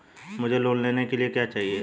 मुझे लोन लेने के लिए क्या चाहिए?